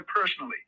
personally